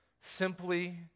simply